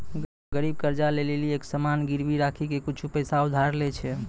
गरीब कर्जा ले लेली एक सामान गिरबी राखी के कुछु पैसा उधार लै छै